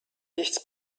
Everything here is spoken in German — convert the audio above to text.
nichts